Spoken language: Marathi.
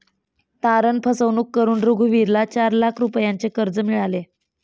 तारण फसवणूक करून रघुवीरला चार लाख रुपयांचे कर्ज मिळाले